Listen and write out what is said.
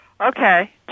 Okay